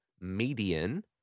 median